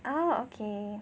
oh okay